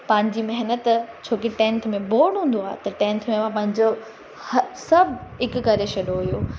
पंहिंजी महनत छोकी टैंथ में बॉड हूंदो आहे त टैंथ में मां पंहिंजो सभु हिकु करे छॾियो हुयो